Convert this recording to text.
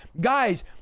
guys